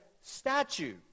statue